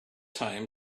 time